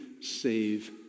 save